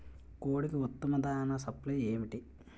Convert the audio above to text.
కోడికి ఉత్తమ దాణ సప్లై ఏమిటి?